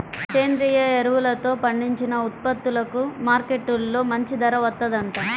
సేంద్రియ ఎరువులతో పండించిన ఉత్పత్తులకు మార్కెట్టులో మంచి ధర వత్తందంట